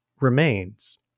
remains